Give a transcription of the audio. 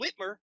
Whitmer